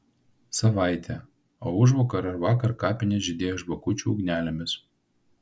savaitė o užvakar ir vakar kapinės žydėjo žvakučių ugnelėmis